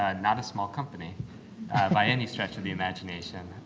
ah not a small company by any stretch of the imagination.